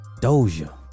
doja